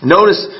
Notice